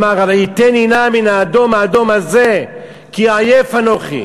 אמר: "הלעיטני נא מן האדֹם האדֹם הזה כי עיֶף אנֹכי".